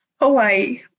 Hawaii